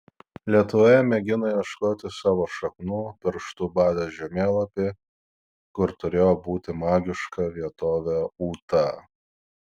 lietuvoje mėgino ieškoti savo šaknų pirštu badė žemėlapį kur turėjo būti magiška vietovė ūta